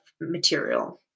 material